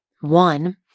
one